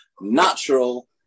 natural